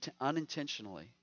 unintentionally